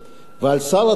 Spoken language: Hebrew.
ועל שר התיירות